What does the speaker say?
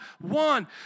one